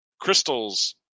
crystals